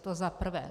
To za prvé.